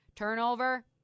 Turnover